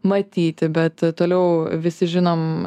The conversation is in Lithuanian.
matyti bet toliau visi žinom